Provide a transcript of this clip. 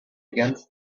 against